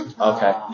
Okay